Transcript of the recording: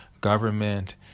government